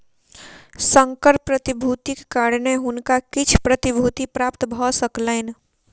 संकर प्रतिभूतिक कारणेँ हुनका किछ प्रतिभूति प्राप्त भ सकलैन